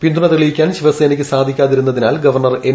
പിന്തുണ ട്ടെളിയിക്കാൻ ശിവസേനയ്ക്ക് സാധിക്കാതിരുന്നതിനാൽ ഗവർണർ എൻ